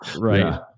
Right